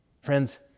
Friends